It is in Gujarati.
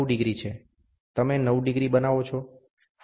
અને પછી 9° છે તમે 9° બનાવો છો